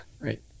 right